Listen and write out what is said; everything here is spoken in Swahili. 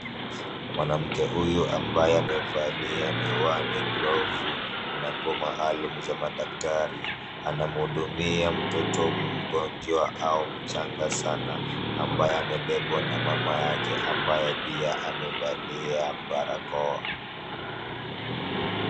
Mwanamke huyu ambaye amevalia miwani, glovu na nguo maalumu za madaktari. Anamhudumia mtoto mgonjwa au mchanga sana ambaye amebebwa na mama yake ambaye pia amevalia barakoa.